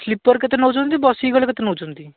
sleeper କେତେ ନେଉଛନ୍ତି ବସିକି ଗଲେ କେତେ ନେଉଛନ୍ତି